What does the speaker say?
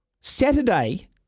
Saturday